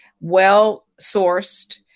well-sourced